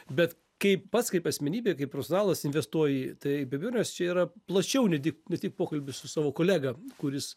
bet kai pats kaip asmenybė kaip profesionalas investuoji tai be abejonės čia yra plačiau ne tik ne tik pokalbis su savo kolega kuris